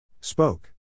Spoke